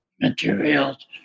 materials